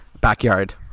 backyard